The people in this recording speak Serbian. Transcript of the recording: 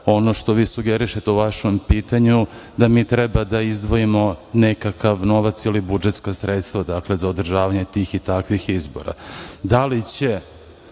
ono što vi sugerišete u vašem pitanju da mi treba da izdvojimo nekakav novac ili budžetska sredstva za održavanje tih i takvih izbora. Da li će